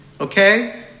okay